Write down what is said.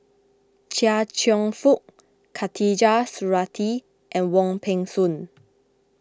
Chia Cheong Fook Khatijah Surattee and Wong Peng Soon